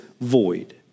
void